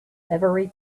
every